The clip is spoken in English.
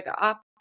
up